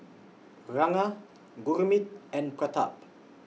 Ranga Gurmeet and Pratap